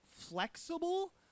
flexible